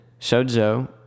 sozo